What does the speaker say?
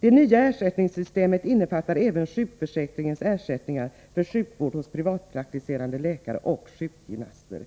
Det nya ersättningssystemet innefattar även sjukförsäkringens ersättningar för sjukvård hos privatpraktiserande läkare och sjukgymnaster.